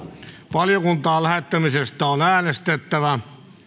valiokuntaan lähettämisestä on äänestettävä